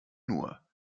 nur